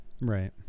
Right